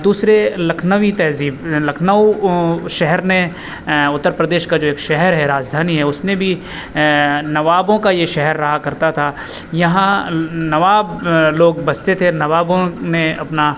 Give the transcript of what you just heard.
دوسرے لکھنوی تہذیب لکھنؤ شہر نے اتر پردیش کا جو ایک شہر ہے راجدھانی ہے اس نے بھی نوابوں کا یہ شہر رہا کرتا تھا یہاں نواب لوگ بستے تھے نوابوں نے اپنا